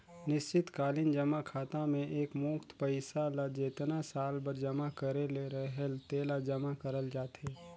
निस्चित कालीन जमा खाता में एकमुस्त पइसा ल जेतना साल बर जमा करे ले रहेल तेला जमा करल जाथे